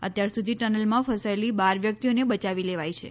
અત્યારસુધી ટનલમાં ફસાયેલી બાર વ્યક્તિઓને બચાવી લેવાઇ છે